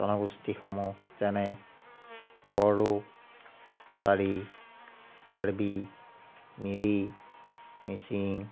জনগোষ্ঠীসমূহ যেনে বড়ো কছাৰী কাৰ্বি মিৰি মিচিং